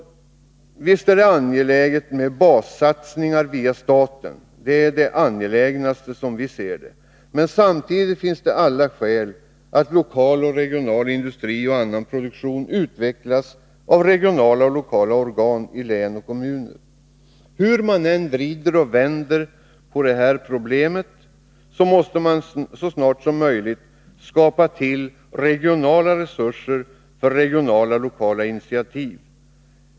Visst är det angeläget med bassatsningar via staten — ja, det är enligt vår mening det angelägnaste. Men samtidigt finns det alla skäl att lokal och regional industri och annan produktion utvecklas av regionala och lokala organ i län och kommuner. Hur man än vrider och vänder på detta problem måste man så snart som möjligt skapa regionala resurser för regionala och lokala initiativ.